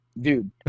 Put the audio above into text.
dude